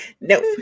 nope